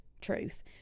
truth